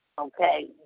Okay